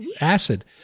acid